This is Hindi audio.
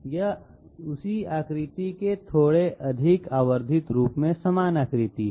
यह उसी आकृति के थोड़े अधिक आवर्धित रूप में समान आकृति है